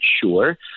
sure